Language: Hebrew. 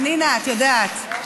פנינה, את יודעת,